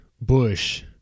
Bush